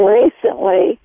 recently